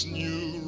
new